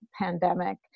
pandemic